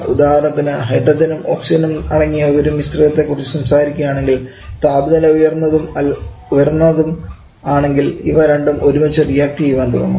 ഉദാഹരണത്തിന് ഹൈഡ്രജനും ഓക്സിജനും അടങ്ങിയ ഒരു മിശ്രിതത്തെ കുറിച്ച് സംസാരിക്കുകയാണെങ്കിൽ താപനില ഉയർന്നതും ആണെങ്കിൽ ഇവ രണ്ടും ഒരുമിച്ച് റിയാക്ട് ചെയ്യുവാൻ തുടങ്ങും